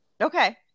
Okay